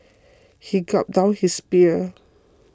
he gulped down his beer